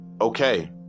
okay